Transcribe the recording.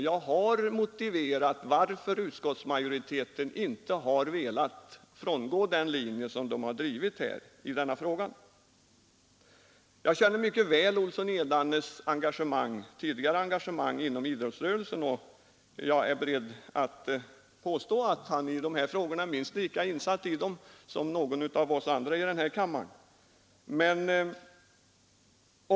Jag har motiverat varför utskottsmajoriteten inte har velat frångå den linje den drivit i denna fråga. Jag känner mycket väl Olssons i Edane tidigare engagemang inom idrottsrörelsen, och jag är beredd att påstå att han är minst lika insatt i dessa frågor som några av oss andra i denna kammare.